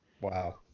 Wow